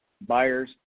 buyers